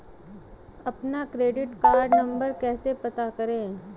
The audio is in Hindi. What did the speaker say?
अपना क्रेडिट कार्ड नंबर कैसे पता करें?